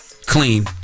Clean